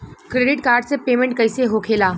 Credit card से payment कईसे होखेला?